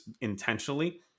intentionally